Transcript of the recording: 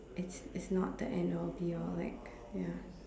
it's it's not the end or be all like ya